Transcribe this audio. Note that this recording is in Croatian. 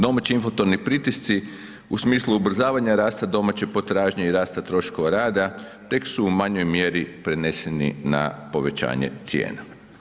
Domaći inflatorni pritisci u smislu ubrzavanja rasta domaće potražnje i rasta troškova rada tek su u manjoj mjeri preneseni na povećanje cijena.